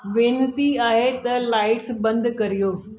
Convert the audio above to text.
वेनिती आहे त लाइट्स बंदि करियो